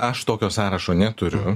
aš tokio sąrašo neturiu